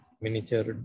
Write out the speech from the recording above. miniature